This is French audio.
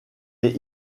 est